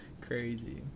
Crazy